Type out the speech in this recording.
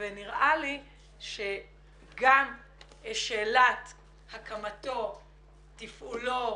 נראה לי שגם שאלת הקמתו, תפעולו,